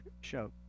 show